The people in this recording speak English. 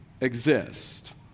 exist